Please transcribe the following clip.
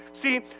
See